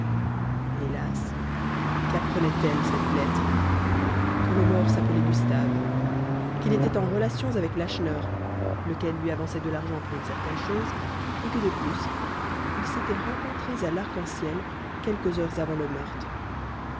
hélas quapprenait elle cette lettre que le mort s'appelait gustave qu'il était en relations avec lacheneur lequel lui avançait de l'argent pour une certaine chose et que de plus ils s'étaient rencontrés à l'arc-en-ciel quelques heures avant le meurtre